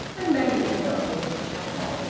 and maggie had not been to chapel.